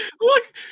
look